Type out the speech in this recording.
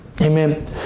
Amen